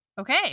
Okay